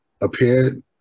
appeared